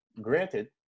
granted